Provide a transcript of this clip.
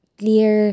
clear